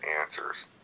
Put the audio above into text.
answers